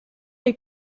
est